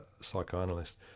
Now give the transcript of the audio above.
psychoanalyst